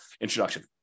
introduction